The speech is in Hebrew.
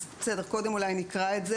אז קודם נקרא את זה.